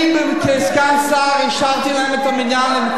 אני כסגן שר אישרתי להם את הבניין.